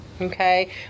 okay